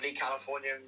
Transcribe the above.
California